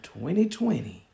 2020